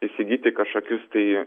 įsigyti kažkokius tai